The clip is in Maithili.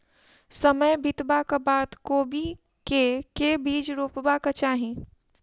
समय बितबाक बाद कोबी केँ के बीज रोपबाक चाहि?